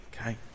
okay